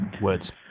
words